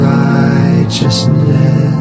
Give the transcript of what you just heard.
righteousness